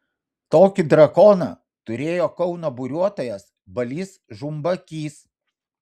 tokį drakoną turėjo kauno buriuotojas balys žumbakys